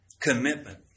commitment